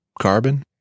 carbon